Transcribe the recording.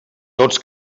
tots